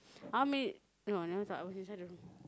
how many no I never talk I was inside the room